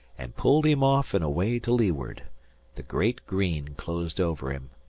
and pulled him off and away to leeward the great green closed over him,